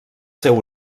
seu